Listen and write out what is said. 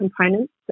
components